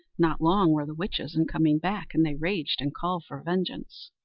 not long were the witches in coming back, and they raged and called for vengeance.